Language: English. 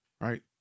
right